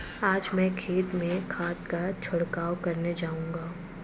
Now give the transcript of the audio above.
आज मैं खेत में खाद का छिड़काव करने जाऊंगा